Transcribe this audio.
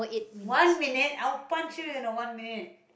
one minute I would punch you you know one minute